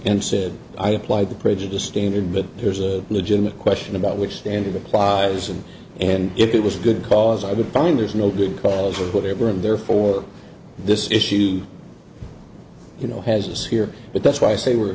said i applied the prejudice standard but there's a legitimate question about which standard applied isn't and if it was good cause i would find there's no good cause or whatever and therefore this issue you know has this here but that's why i say we're